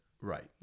Right